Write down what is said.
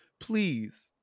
please